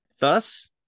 Thus